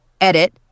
edit